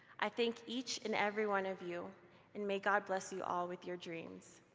i thank each and every one of you and may god bless you all with your dreams.